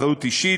אחריות אישית,